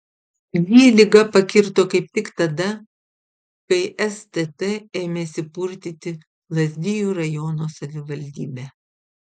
jį liga pakirto kaip tik tada kai stt ėmėsi purtyti lazdijų rajono savivaldybę